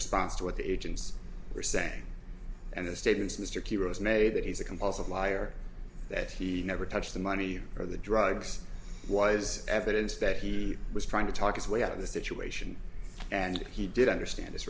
response to what the agents were saying and the statements mr keillor is made that he's a compulsive liar that he never touched the money or the drugs why is evidence that he was trying to talk his way out of the situation and he did understand his